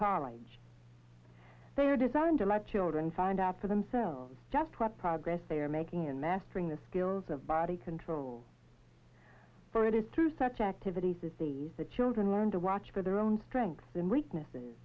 college they are designed to my children find out for themselves just what progress they are making in mastering the skills of body control for it is through such activities that the the children learn to watch for their own strengths and weaknesses